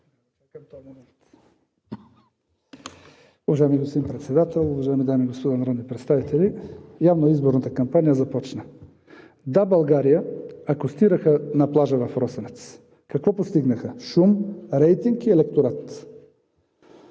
Уважаеми господин Председател, уважаеми дами и господа народни представители! Явно изборната кампания започна. „Да, България“ акостираха на плажа в Росенец. Какво постигнаха? Шум, рейтинг и електорат.